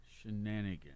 Shenanigans